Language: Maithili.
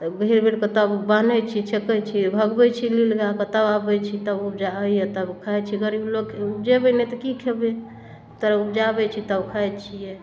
तऽ दुइए बेरके तब बान्है छी छेकै छी भगबै छी नील गाइके तब अबै छी तब उपजा होइए तब खाइ छी गरीब लोक उपजेबै नहि तऽ कि खेबै तऽ उपजाबै छी तब खाइ छिए